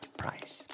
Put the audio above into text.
price